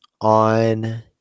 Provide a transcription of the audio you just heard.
on